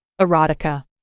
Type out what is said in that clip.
erotica